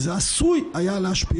זה חלק מיסודות העבירה.